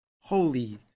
holy